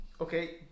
okay